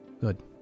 Good